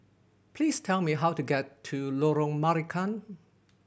please tell me how to get to Lorong Marican